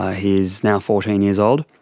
ah he is now fourteen years old,